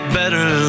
better